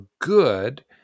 good